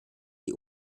die